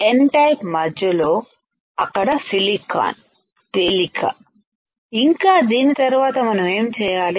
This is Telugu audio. N టైపుమధ్యలో అక్కడ సిలికాన్ తేలిక ఇంకా దీని తర్వాత మనమేం చేయాలి